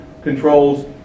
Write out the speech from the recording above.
controls